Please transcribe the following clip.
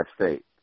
State